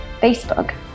Facebook